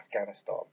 Afghanistan